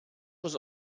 was